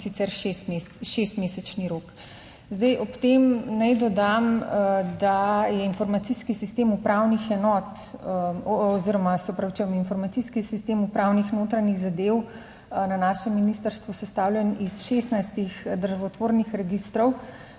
sicer šestmesečni rok. Zdaj ob tem naj dodam, da je informacijski sistem upravnih enot oziroma se opravičujem, informacijski sistem upravnih notranjih zadev na našem ministrstvu sestavljen iz 16 državotvornih registrov,